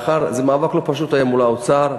מאבק לא פשוט היה מול האוצר,